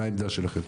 מה העמדה שלכם?